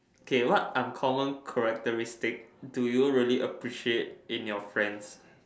okay what uncommon characteristic do you really appreciate in your friends